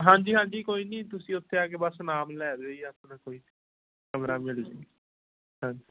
ਹਾਂਜੀ ਹਾਂਜੀ ਕੋਈ ਨਹੀਂ ਤੁਸੀਂ ਉੱਥੇ ਆ ਕੇ ਬਸ ਨਾਮ ਲੈ ਦਿਓ ਜੀ ਆਪਣਾ ਕੋਈ ਕਮਰਾ ਮਿਲ ਜਾਏਗਾ ਹਾਂਜੀ